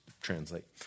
translate